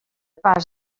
pas